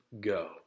go